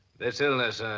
this illness,